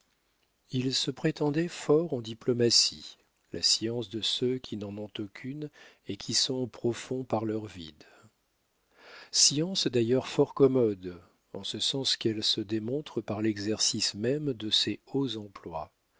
il se prétendait fort en diplomatie la science de ceux qui n'en ont aucune et qui sont profonds par leur vide science d'ailleurs fort commode en ce sens qu'elle se démontre par l'exercice même de ses hauts emplois